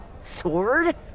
sword